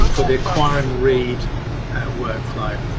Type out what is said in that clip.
um for the acquire and read workflow.